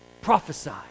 prophesy